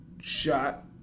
shot